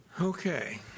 Okay